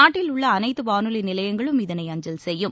நாட்டில் உள்ள அனைத்து வானொலி நிலையங்களும் இதனை அஞ்சல் செய்யும்